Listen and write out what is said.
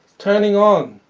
turning on